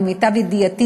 למיטב ידיעתי,